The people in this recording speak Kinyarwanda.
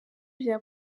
bya